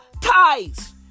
ties